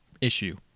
issue